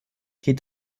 geht